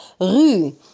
Rue